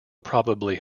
probably